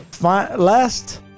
last